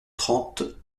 trente